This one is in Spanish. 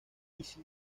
hesse